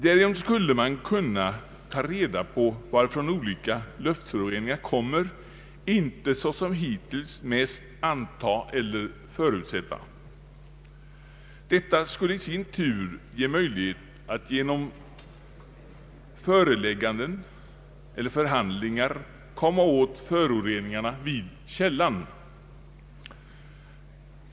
Därigenom skulle man kunna ta reda på varifrån olika luftföroreningar kommer, och inte såsom hittills mest anta eller förutsätta. Detta skulle i sin tur ge möjlighet att genom förelägganden eller förhandlingar komma åt föroreningarna vid källan.